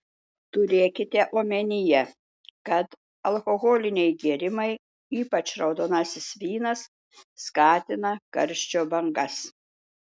turėkite omenyje kad alkoholiniai gėrimai ypač raudonasis vynas skatina karščio bangas